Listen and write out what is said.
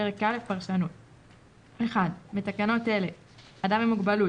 פרק א פרשנות 1. בתקנות אלה "אדם עם מוגבלות",